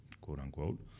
quote-unquote